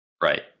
Right